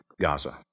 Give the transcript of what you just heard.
Gaza